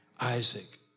Isaac